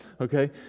Okay